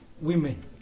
Women